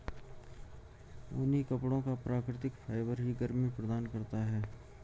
ऊनी कपड़ों का प्राकृतिक फाइबर ही गर्मी प्रदान करता है